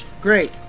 Great